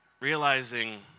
realizing